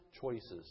choices